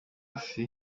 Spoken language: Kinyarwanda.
hasi